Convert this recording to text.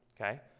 okay